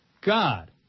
God